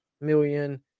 million